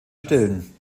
stillen